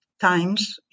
times